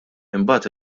imbagħad